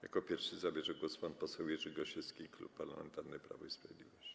Jako pierwszy zabierze głos pan poseł Jerzy Gosiewski, Klub Parlamentarny Prawo i Sprawiedliwość.